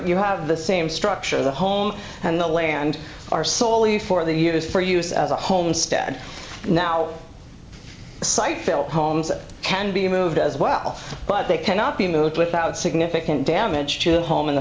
you have the same structure the home and the land are solely for the use for use as a homestead now sighthill homes can be moved as well but they cannot be moved without significant damage to the home in the